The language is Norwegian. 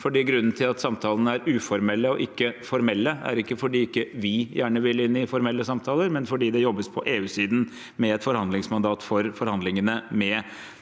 grunnen til at samtalene er uformelle og ikke formelle, er ikke at ikke vi gjerne vil inn i formelle samtaler, men at det jobbes på EU-siden med et forhandlingsmandat for forhandlingene med